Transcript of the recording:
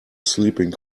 sleeping